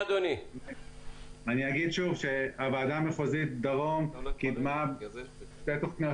אגיד שוב שהוועדה המחוזית דרום שתי תוכניות